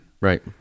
Right